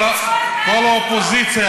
כל חברי מרצ פה.